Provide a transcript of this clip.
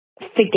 forget